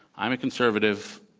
i'm a conservative.